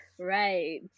right